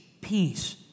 peace